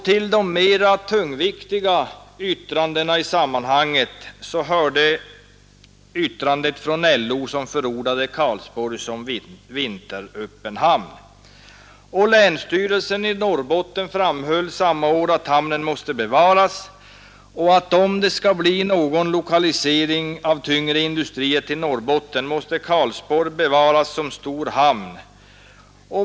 Till de mera tungviktiga uttalandena i sammanhanget hörde yttrandet från LO, som förordade Karlsborg som vinteröppen hamn, Länsstyrelsen i Norrbotten framhöll samma år att om det skall bli någon lokalisering av tyngre industrier till Norrbotten måste Karlsborg bevaras som stor hamn.